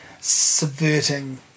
subverting